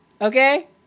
Okay